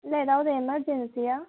இல்லை ஏதாவது எமெர்ஜென்சியா